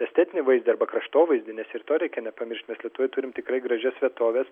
estetinį vaizdą arba kraštovaizdį nes ir to reikia nepamiršt mes lietuvoj turim tikrai gražias vietoves